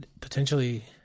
potentially